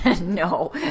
No